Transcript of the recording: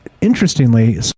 interestingly